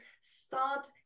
start